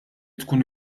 tkun